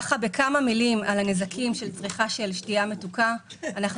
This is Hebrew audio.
בכמה מילים על הנזקים של צריכת שתייה מתוקה אנחנו